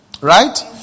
Right